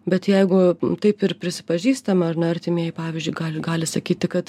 bet jeigu taip ir prisipažįstama ar ne artimieji pavyzdžiui gali gali sakyti kad